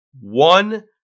One